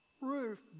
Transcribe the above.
roof